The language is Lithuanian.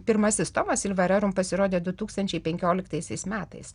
pirmasis tomas silva rerum pasirodė du tūkstančiai penkioliktaisiais metais